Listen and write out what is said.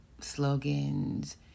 slogans